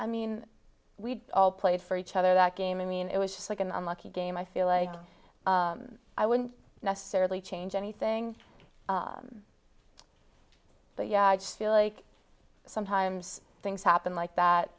i mean we all played for each other that game i mean it was just like an unlucky game i feel like i wouldn't necessarily change anything but yeah i just feel like sometimes things happen like that